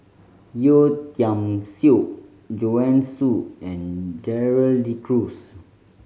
Yeo Tiam Siew Joanne Soo and Gerald De Cruz